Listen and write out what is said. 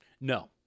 No